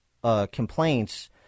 Complaints